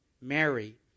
Mary